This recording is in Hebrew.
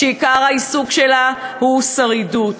שעיקר העיסוק שלה הוא שרידות,